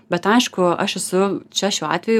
bet aišku aš esu čia šiuo atveju